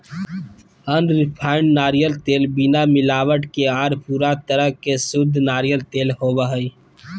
unrefined नारियल तेल बिना मिलावट के आर पूरा तरह से शुद्ध नारियल तेल होवो हय